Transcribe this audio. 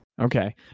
Okay